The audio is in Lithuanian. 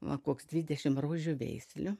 va koks dvidešimt rožių veislių